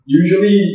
usually